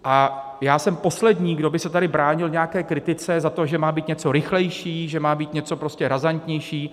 A já jsem poslední, kdo by se tady bránil nějaké kritice za to, že má být něco rychlejší, že má být něco prostě razantnější.